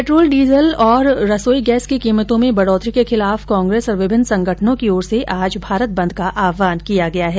petrol diesel और रसोई gas की कीमतों में बढोतरी के खिलाफ कांग्रेस और विभिन्न संगठनों की ओर से आज भारत बंद का आहवान किया गया है